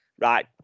right